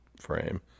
frame